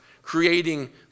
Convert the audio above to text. creating